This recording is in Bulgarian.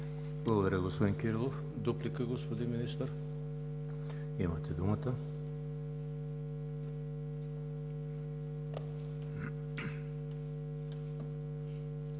Благодаря, господин Топчиев. Дуплика, господин Министър – имате думата.